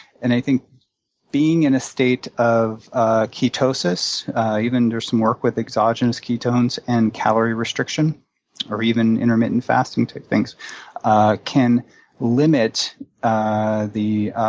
and i think being in a state of ah ketosis even there's some work with exogenous ketones and calorie restriction or even intermittent fasting type things can limit ah the